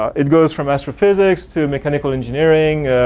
it goes from astrophysics to mechanical engineering,